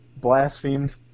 blasphemed